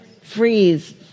Freeze